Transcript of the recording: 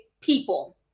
people